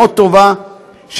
מאוד טובה,